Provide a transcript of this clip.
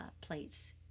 plates